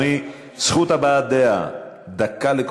כן.